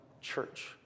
church